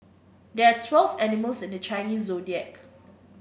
there are twelve animals in the Chinese Zodiac